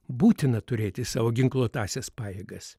būtina turėti savo ginkluotąsiąs pajėgas